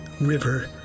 river